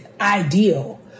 ideal